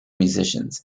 musicians